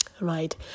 right